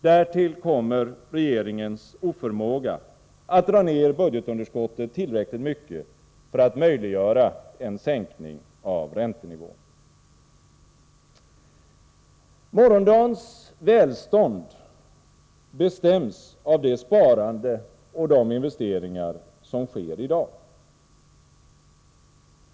Därtill kommer regeringens oförmåga att dra ner budgetunderskottet tillräckligt mycket för att möjliggöra en sänkning av räntenivån. Morgondagens välstånd bestäms av det sparande och de investeringar som sker i dag.